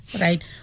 right